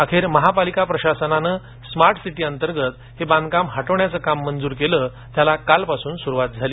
अखेर महापालिका प्रशासनानं स्मार्ट सिटी अंतर्गत हे बांधकाम हटवण्याचं काम मंजूर केलं त्याला काल सूरुवात झाली